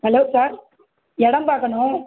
hello sir இடம் பார்க்கணும்